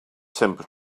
simple